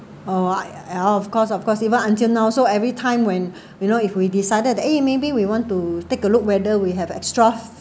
oh I of course of course even until now also every time when you know if we decided !hey! maybe we want to take a look whether we have extra